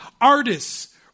artists